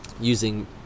using